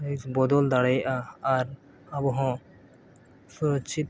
ᱵᱚᱫᱚᱞ ᱫᱟᱲᱮᱭᱟᱜᱼᱟ ᱟᱨ ᱟᱵᱚᱦᱚᱸ ᱥᱩᱨᱚᱪᱪᱷᱤᱛ